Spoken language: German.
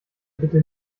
bitte